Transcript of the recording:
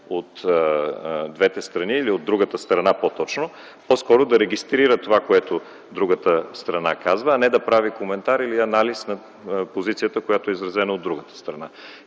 от двете страни или от другата страна по-точно, по-скоро да регистрира това, което другата страна казва, а не да прави коментар или анализ на позицията, която е изразена от другата страна.